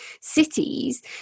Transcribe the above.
cities